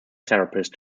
therapist